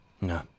No